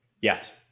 Yes